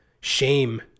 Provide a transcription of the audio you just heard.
shame